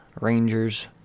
Rangers